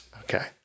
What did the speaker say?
Okay